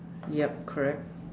yup correct